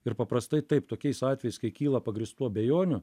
ir paprastai taip tokiais atvejais kai kyla pagrįstų abejonių